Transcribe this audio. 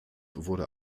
wurde